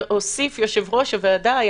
הוסיף יושב-ראש הוועדה,